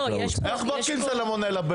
איך בודקים סלמונלה?